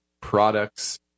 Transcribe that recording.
products